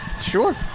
Sure